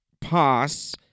pass